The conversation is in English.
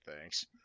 thanks